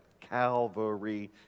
Calvary